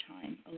time